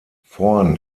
vorn